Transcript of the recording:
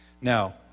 Now